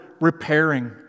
repairing